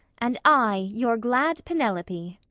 and i your glad penelope.